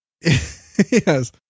Yes